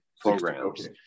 programs